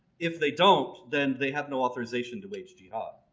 if they don't, then they have no authorization to wage jihad.